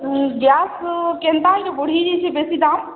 gas କେନ୍ତା ହେଲେ ବଢ଼ିଯାଇଛି ବେଶୀ ଦାମ